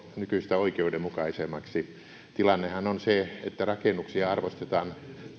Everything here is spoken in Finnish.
nykyistä oikeudenmukaisemmaksi tilannehan on se että rakennuksia arvostetaan